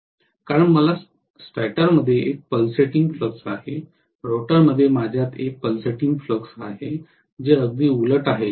कारण मला स्टॅटरमध्ये एक पल्सिंग फ्लक्स आहे रोटरमध्ये माझ्यात एक पल्सिंग फ्लक्स आहे जे अगदी उलट आहे